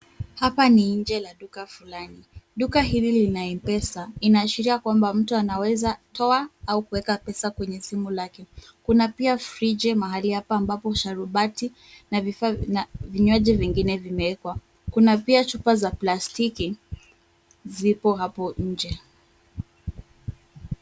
Hapa ni nje la duka fulani . Duka hili ina m-pesa inaashiria kwamba mtu anaweza toa ama kuweka pesa kwenye simu lake. Kuna pia friji mahali hapa ambapo sharubati na vinywaji vingine vingine vimewekwa. Kuna pia chupa za plastiki zipo hapo nje.